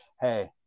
Hey